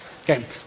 Okay